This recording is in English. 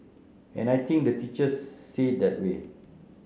and I think the teachers see it that way